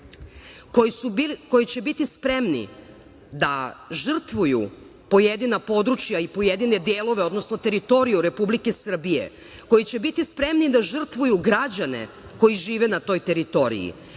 koji će biti spremni da žrtvuju pojedina područja i pojedine delove, odnosno teritoriju Republike Srbije, koji će biti spremni da žrtvuju građane koji žive na toj teritoriji,